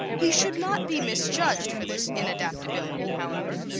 he should not be misjudged for this inadaptability, however,